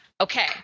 okay